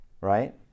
right